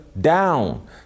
down